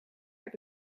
heb